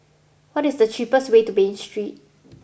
what is the cheapest way to Bain Street